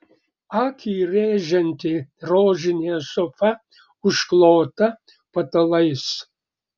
akį rėžianti rožinė sofa užklota patalais